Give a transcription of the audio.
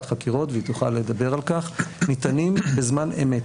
חקירות והיא תוכל לדבר על כך ניתנים בזמן אמת.